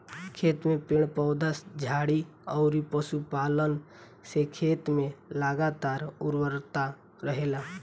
खेत में पेड़ पौधा, झाड़ी अउरी पशुपालन से खेत में लगातार उर्वरता रहेला